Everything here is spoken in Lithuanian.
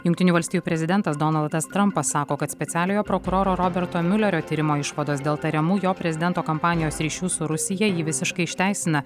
jungtinių valstijų prezidentas donaldas trampas sako kad specialiojo prokuroro roberto miulerio tyrimo išvados dėl tariamų jo prezidento kampanijos ryšių su rusija jį visiškai išteisina